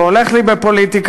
והולך לי בפוליטיקה,